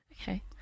Okay